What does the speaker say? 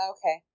Okay